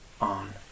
on